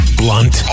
blunt